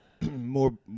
more